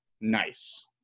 Nice